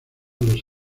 los